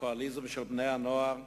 האלכוהוליזם של בני-הנוער,